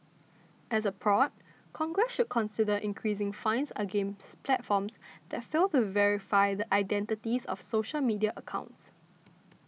as a prod Congress should consider increasing fines against platforms that fail to verify the identities of social media accounts